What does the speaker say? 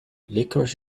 licorice